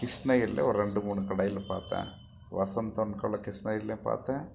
கிருஷ்ணகிரில ஒரு ரெண்டு மூணு கடையில் பார்த்தேன் வசந்த் அண்ட் கோவில் கிருஷ்ணகிரிலியும் பார்த்தேன்